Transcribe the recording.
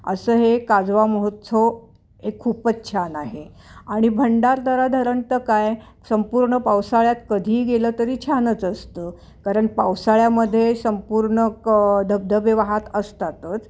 असं हे काजवा मोहोत्सव हे खूपच छान आहे आणि भंडारदारा धरण तर काय संपूर्ण पावसाळ्यात कधीही गेलं तरी छानच असतं कारण पावसाळ्यामध्ये संपूर्ण क धबधबे वाहात असतातच